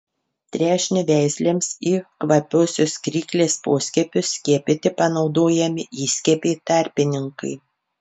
trešnių veislėms į kvapiosios kryklės poskiepius skiepyti panaudojami įskiepiai tarpininkai